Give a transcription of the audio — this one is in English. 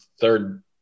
third